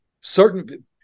certain